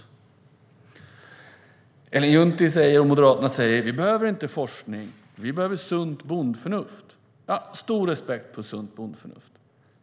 Ellen Juntti och Moderaterna säger att vi inte behöver forskning utan att vi behöver sunt bondförnuft. Jag har stor respekt för sunt bondförnuft.